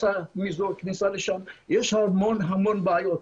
יש המון בעיות.